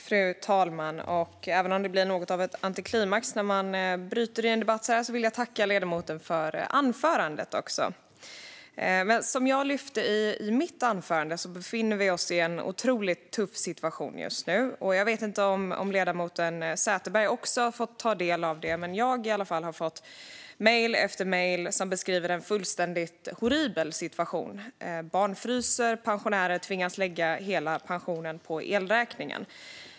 Fru talman! Även om det blir något av en antiklimax när man bryter i en debatt vill jag tacka ledamoten för anförandet! Som jag lyfte i mitt eget anförande befinner vi oss i en otroligt tuff situation just nu. Jag vet inte om ledamoten Sätherberg också har fått ta del av det, men jag har i alla fall fått mejl efter mejl som beskriver en fullständigt horribel situation. Barn fryser, och pensionärer tvingas att lägga hela pensionen på elräkningen.